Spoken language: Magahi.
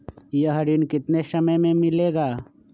यह ऋण कितने समय मे मिलेगा?